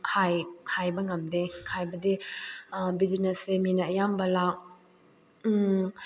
ꯍꯥꯏꯕ ꯉꯝꯗꯦ ꯍꯥꯏꯕꯗꯤ ꯕꯤꯖꯤꯅꯦꯁꯁꯦ ꯃꯤꯅ ꯑꯌꯥꯝꯕ ꯂꯥꯛ